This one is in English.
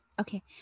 Okay